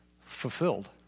fulfilled